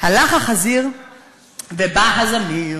הלך החזיר ובא הזמיר.